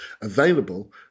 available